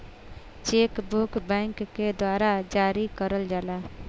check book bank के द्वारा जारी करल जाला